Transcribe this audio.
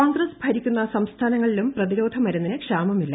കോൺഗ്രസ് ഭരിക്കുന്ന സംസ്ഥാനങ്ങളിലും പ്രതിരോധ മരുന്നിന് ക്ഷാമമില്ല